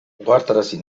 ohartarazi